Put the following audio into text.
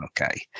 Okay